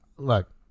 Look